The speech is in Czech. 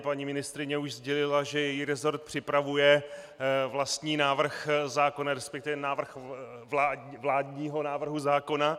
Paní ministryně už sdělila, že její resort připravuje vlastní návrh zákona, resp. návrh vládního návrhu zákona.